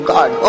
God